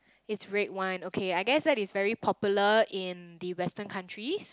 it's red wine okay I guess that is very popular in the Western countries